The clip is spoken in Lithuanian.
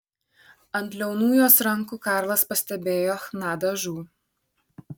ant liaunų jos rankų karlas pastebėjo chna dažų